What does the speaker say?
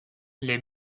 les